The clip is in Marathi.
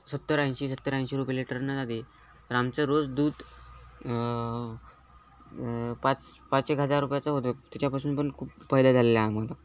सत्तर ऐंशी सत्तर ऐंशी रुपये लिटरनं जात आहे तर आमचं रोज दूध पाच पाच एक हजार रुपयाचं होतं त्याच्यापासून पण खूप फायदा झालेला आहे आम्हाला